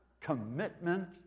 commitment